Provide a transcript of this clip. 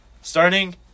starting